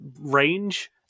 range